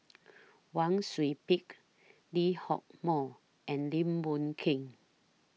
Wang Sui Pick Lee Hock Moh and Lim Boon Keng